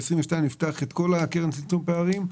לפתוח את כל --- צמצום פערים.